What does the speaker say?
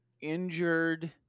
injured